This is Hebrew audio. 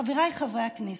חבריי חברי הכנסת,